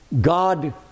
God